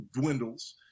dwindles